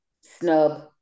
snub